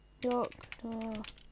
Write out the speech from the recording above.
doctor